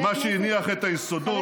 מה שהניח את היסודות,